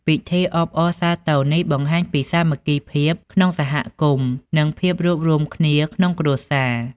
ពិធីអបអរសាទរនេះបង្ហាញពីសាមគ្គីភាពក្នុងសហគមន៍ និងភាពរួបរួមក្នុងគ្រួសារ។